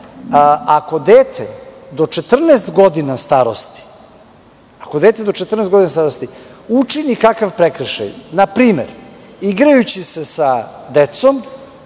Ako dete do 14 godina starosti učini kakav prekršaj, na primer, igrajući se sa decom